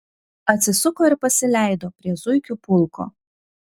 atsisuko ir pasileido prie zuikių pulko